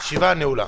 הישיבה נעולה.